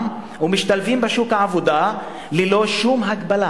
ומשתלבים בשוק העבודה ללא שום הגבלה,